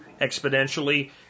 exponentially